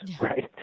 right